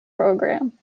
program